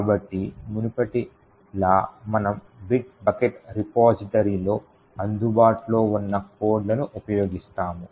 కాబట్టి మునుపటిలా మనము బిట్ బకెట్ రిపోజిటరీతో అందుబాటులో ఉన్న కోడ్లను ఉపయోగిస్తాము